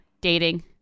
dating